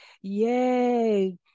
Yay